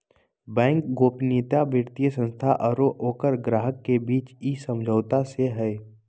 bank गोपनीयता वित्तीय संस्था आरो ओकर ग्राहक के बीच इ समझौता से हइ